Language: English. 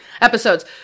episodes